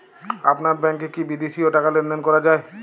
আপনার ব্যাংকে কী বিদেশিও টাকা লেনদেন করা যায়?